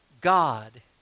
God